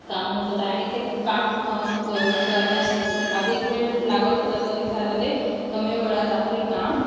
काम होत होत आणि ते काम करण्यास अधिक वेळ लागत होतं तर तिथे आता ते कमी वेळात आपले काम